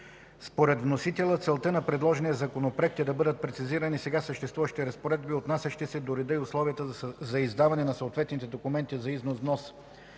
Според вносителя целта на предложения законопроект е да бъдат прецизирани сега съществуващите разпоредби, отнасящи се до реда и условията за издаване на съответните документи за износ,